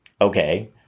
Okay